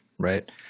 Right